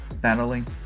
battling